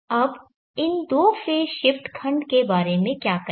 अब इन दो फेज़ शिफ्ट खंड के बारे में क्या कहें